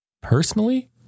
personally